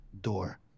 door